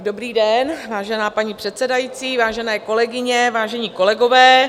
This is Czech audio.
Dobrý den, vážená paní předsedající, vážené kolegyně, vážení kolegové.